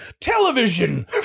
television